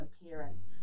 appearance